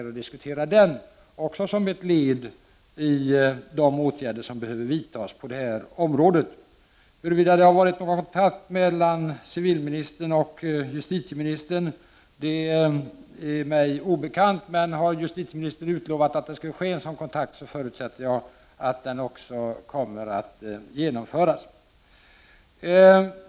Också detta kan ses som ett led i de åtgärder som behöver vidtas på detta område. Huruvida det har förekommit några kontakter mellan civilministern och justitieministern är mig obekant. Men om justitieministern har utlovat att en 13 sådan kontakt skall ske förutsätter jag att den också kommer att genomföras.